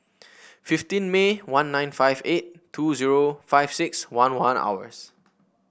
fifteen May one nine five eight two zero five six one one hours